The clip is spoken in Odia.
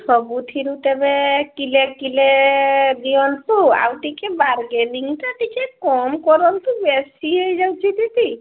ସବୁଥିରୁ ତେବେ କିଲେ କିଲେ ଦିଅନ୍ତୁ ଆଉ ଟିକିଏ ବାରଗେନିଙ୍ଗ୍ଟା ଟିକିଏ କମ୍ କରନ୍ତୁ ବେଶୀ ହୋଇଯାଉଛି ଦିଦି